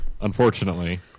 Unfortunately